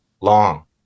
long